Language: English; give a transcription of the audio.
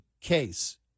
case